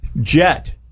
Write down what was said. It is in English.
jet